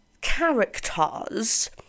characters